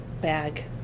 bag